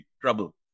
trouble